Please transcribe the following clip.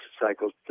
cycles